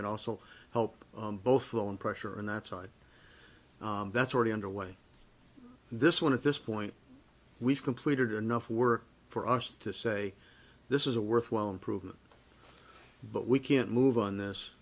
and also help both flow and pressure and that side that's already underway this one at this point we've completed enough work for us to say this is a worthwhile improvement but we can't move on this